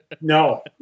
no